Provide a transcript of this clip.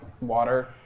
water